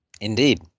Indeed